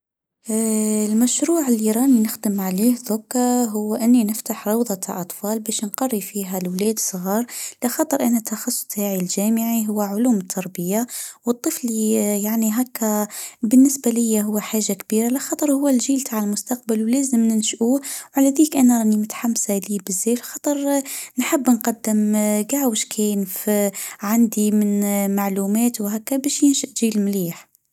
المشروع إللي راني نقدم عليه هكا: هو أني أفتح روضة اطفال بش نقري فيه لولاد صغار لخطر أن تخصص تاعي الجامعي هو علوم التربيه. والطفل يعني هكا بالنسبه ليا هو حاجه كبيره لخطر هو الجيل تاع المستقبل ولازم ننشأوه و لهذيك أنا راني متحمسه ليه بزاف لخطر نحب نقدم عندي من معلومات وهكا باش ينشد المليح.